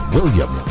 William